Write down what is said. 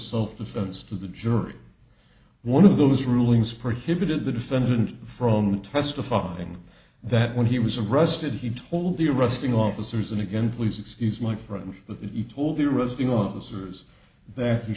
self defense to the jury one of those rulings prohibited the defendant from testifying that when he was arrested he told the arresting officers and again please excuse my french but he told the resting officers th